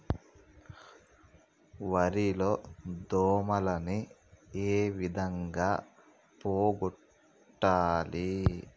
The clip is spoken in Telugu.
వరి లో దోమలని ఏ విధంగా పోగొట్టాలి?